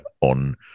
on